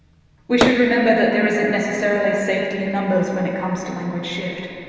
we should remember that there isn't necessarily safety in numbers when it comes to language shift.